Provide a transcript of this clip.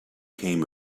came